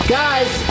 guys